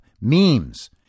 memes